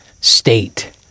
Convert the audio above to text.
state